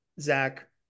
Zach